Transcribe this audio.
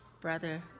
brother